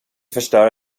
förstöra